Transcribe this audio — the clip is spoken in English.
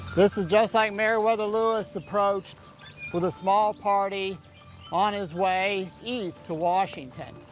this is just like meriwether lewis approached with a small party on his way east to washington.